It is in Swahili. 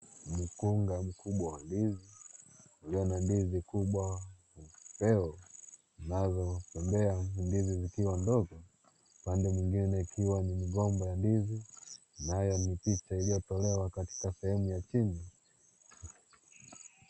Mkunga mkubwa wa ndizi ulio na ndizi kubwa ambao unatengea ndizi zikiwa ndogo upande mwingine ikiwa ni migomba ya ndizi nayo ni picha iliyotolewa katika sehemu ya chini .